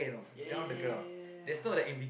ya ya ya ya ya